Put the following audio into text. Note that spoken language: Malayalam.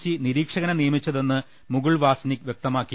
സി നിരീക്ഷകനെ നിയമിച്ചതെന്ന് മുകുൾവാസ്നിക് വ്യക്തമാക്കി